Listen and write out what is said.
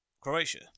Croatia